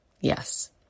Yes